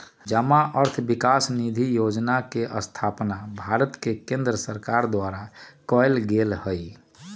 जमा अर्थ विकास निधि जोजना के स्थापना भारत के केंद्र सरकार द्वारा कएल गेल हइ